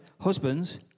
husbands